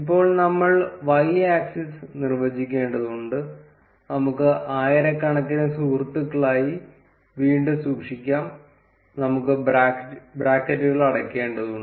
അതുപോലെ നമ്മൾ y axis നിർവ്വചിക്കേണ്ടതുണ്ട് നമുക്ക് ആയിരക്കണക്കിന് സുഹൃത്തുക്കളായി വീണ്ടും സൂക്ഷിക്കാം നമുക്ക് ബ്രാക്കറ്റുകൾ അടയ്ക്കേണ്ടതുണ്ട്